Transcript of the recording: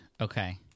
okay